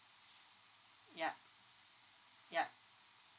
yup yup